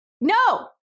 no